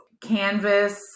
Canvas